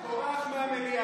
הוא בורח מהמליאה.